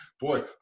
boy